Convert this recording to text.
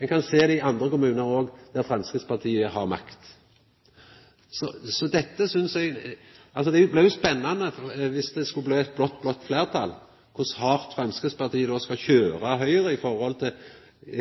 Ein kan sjå det òg i andre kommunar der Framstegspartiet har makt. Det er jo spennande dersom det skulle bli eit blått-blått fleirtal, å sjå kor hardt Framstegspartiet då skal køyra Høgre